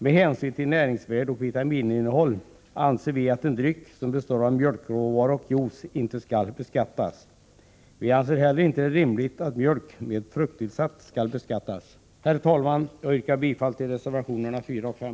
Med hänsyn till näringsvärde och vitamininnehåll i en dryck som består av mjölkråvara och juice anser vi inte att en sådan dryck skall beskattas. Vi anser det heller inte rimligt att mjölk med frukttillsats skall beskattas. Herr talman! Jag yrkar bifall till reservationerna 4 och 5.